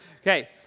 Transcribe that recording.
Okay